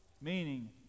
meaning